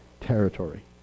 territory